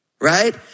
right